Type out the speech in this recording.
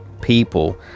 people